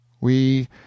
We